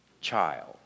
child